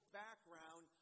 background